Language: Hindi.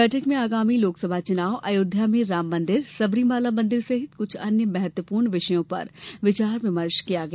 बैठक में आगामी लोकसभा च्नाव अयोध्या में राममंदिर सबरीमाला मंदिर सहित कुछ अन्य महत्वपूर्ण विषयों पर विचार विमर्श किया गया